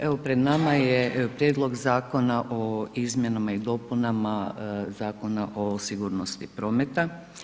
Evo pred nama je Prijedlog zakona o Izmjenama i dopunama Zakona o sigurnosti prometa.